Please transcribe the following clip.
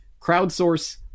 crowdsource